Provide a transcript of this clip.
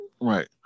right